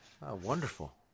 Wonderful